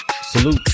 Salute